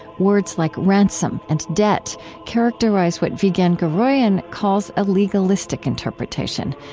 words like ransom and debt characterize what vigen guroian calls a legalistic interpretation,